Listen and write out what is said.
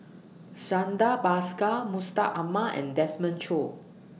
Santha Bhaskar Mustaq Ahmad and Desmond Choo